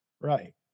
Right